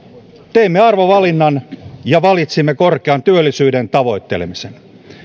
teimme arvovalinnan ja valitsimme korkean työllisyyden tavoittelemisen